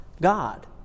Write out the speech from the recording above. God